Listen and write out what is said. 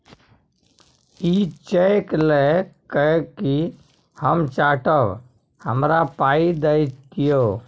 इ चैक लए कय कि हम चाटब? हमरा पाइ दए दियौ